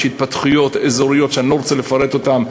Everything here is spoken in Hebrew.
יש התפתחויות אזוריות שאני לא רוצה לפרט אותן,